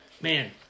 Man